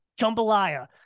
jambalaya